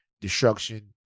destruction